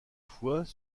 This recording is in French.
fois